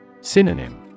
Synonym